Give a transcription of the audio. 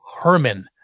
Herman